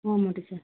ஆமாம் டீச்சர்